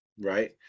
right